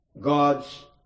God's